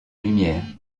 lumière